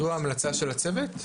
זו ההמלצה של הצוות,